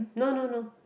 no no no